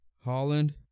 Holland